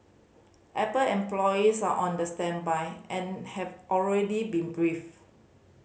apple employees are on the standby and have already been briefed